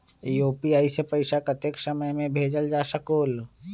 UPI से पैसा कतेक समय मे भेजल जा स्कूल?